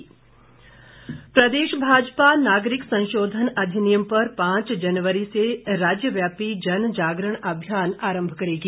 जनजागरण प्रदेश भाजपा नागरिक संशोधन अधिनियम पर पांच जनवरी से राज्य व्यापी जनजागरण अभियान आरंभ करेगी